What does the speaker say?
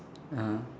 uh